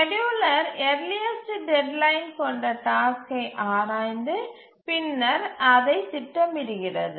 scheduler earliest deadline கொண்ட டாஸ்க்கை ஆராய்ந்து பின்னர் அதை திட்டமிடுகிறது